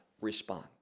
respond